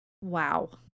wow